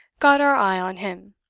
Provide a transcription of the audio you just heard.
got our eye on him.